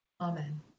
Amen